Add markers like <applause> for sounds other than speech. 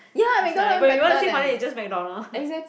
that's why when you want to save money it's just McDonald <laughs>